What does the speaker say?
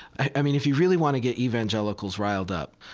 i mean, if you really want to get evangelicals riled up,